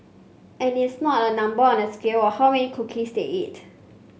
and it's not a number on a scale or how many cookies they eat